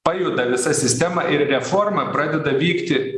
pajuda visa sistema ir reforma pradeda vykti